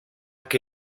que